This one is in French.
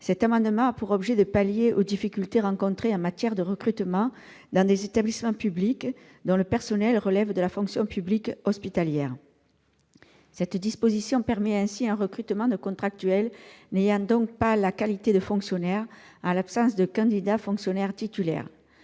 cet amendement, qui a pour objet de pallier les difficultés rencontrées en matière de recrutement dans des établissements publics dont le personnel relève de la fonction publique hospitalière. Cette disposition permet un recrutement de contractuels n'ayant pas la qualité de fonctionnaire, en l'absence de candidat fonctionnaire titulaire.